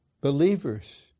believers